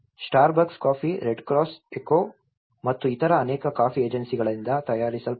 Starbucks coffee red cross ECHO ಮತ್ತು ಇತರ ಅನೇಕ ಕಾಫಿ ಏಜೆನ್ಸಿಗಳಿಂದ ತಯಾರಿಸಲ್ಪಟ್ಟಿದೆ